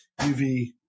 UV